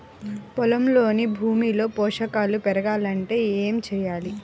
పొలంలోని భూమిలో పోషకాలు పెరగాలి అంటే ఏం చేయాలి?